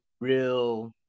real